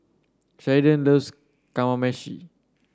Sheridan loves Kamameshi